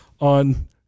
on